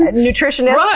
nutritionist.